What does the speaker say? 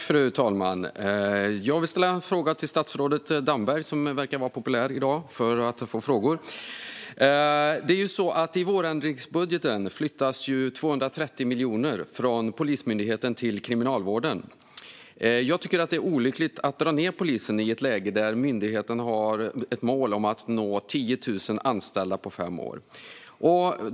Fru talman! Jag vill ställa en fråga till statsrådet Damberg, som verkar vara populär i dag när det gäller att få frågor. I vårändringsbudgeten flyttas 232 miljoner från Polismyndigheten till Kriminalvården. Jag tycker att det är olyckligt att dra ned på polisen i ett läge där myndigheten har målet att nå 10 000 anställda på fem år.